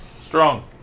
strong